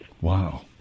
Wow